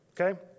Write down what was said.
Okay